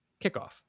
kickoff